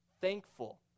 thankful